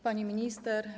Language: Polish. Pani Minister!